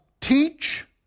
teach